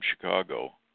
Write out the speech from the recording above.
Chicago